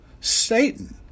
Satan